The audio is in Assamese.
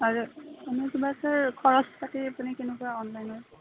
আৰু আপুনি কিবা খৰচ পাতি আপুনি কেনেকুৱা অনলাইন